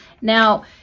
now